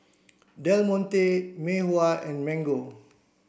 Del Monte Mei Hua and Mango